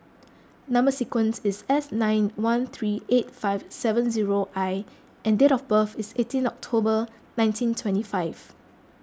Number Sequence is S nine one three eight five seven zero I and date of birth is eighteen October nineteen twenty five